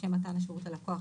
לשם מתן השירות ללקוח,